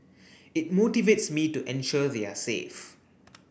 it motivates me to ensure they are safe